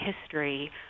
history